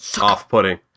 off-putting